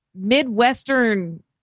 Midwestern